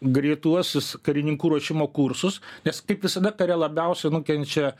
greituosius karininkų ruošimo kursus nes kaip visada kare labiausiai nukenčia